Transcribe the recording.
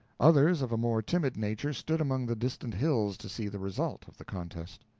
others, of a more timid nature, stood among the distant hills to see the result of the contest.